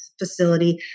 facility